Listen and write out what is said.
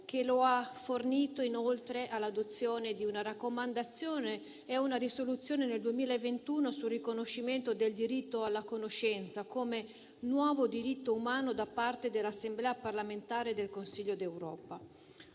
che lui ha fornito, oltre all'adozione di una raccomandazione e una risoluzione nel 2021 sul riconoscimento del diritto alla conoscenza come nuovo diritto umano da parte dell'Assemblea parlamentare del Consiglio d'Europa.